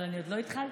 די.